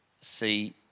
see